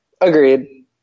Agreed